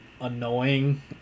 annoying